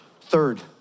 Third